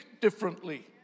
differently